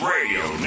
Radio